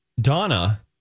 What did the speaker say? Donna